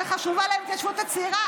שחשובה להם ההתיישבות הצעירה,